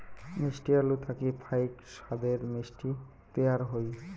মিষ্টি আলু থাকি ফাইক সাদের মিষ্টি তৈয়ার হই